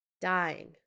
dying